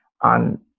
on